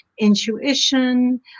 intuition